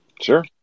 Sure